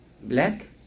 black